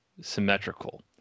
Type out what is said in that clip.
symmetrical